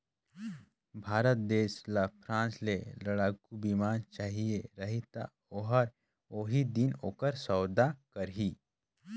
भारत देस ल फ्रांस ले लड़ाकू बिमान चाहिए रही ता ओहर ओही दिन ओकर सउदा करही